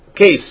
case